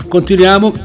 Continuiamo